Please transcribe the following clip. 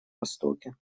востоке